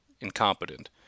incompetent